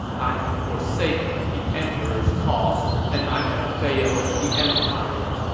i have forsaken the emperor's cause and i have failed the empire.